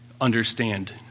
understand